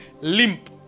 limp